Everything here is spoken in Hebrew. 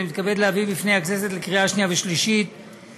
אני מתכבד להביא בפני הכנסת לקריאה שנייה ושלישית את